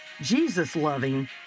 Jesus-loving